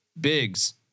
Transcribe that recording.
Biggs